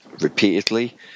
repeatedly